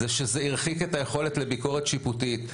זה שזה הרחיק את היכולת לביקורת שיפוטית.